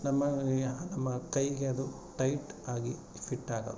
ನಮ್ಮ ಯ ನಮ್ಮ ಕೈಗೆ ಅದು ಟೈಟ್ ಆಗಿ ಫಿಟ್ಟಾಗಲ್ಲ